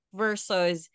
versus